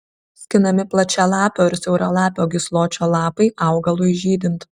skinami plačialapio ir siauralapio gysločio lapai augalui žydint